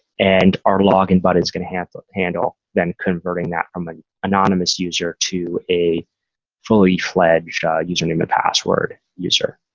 and our login button is going to have to handle, then converting that from an anonymous user to a fully-fledged username and password user.